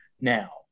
now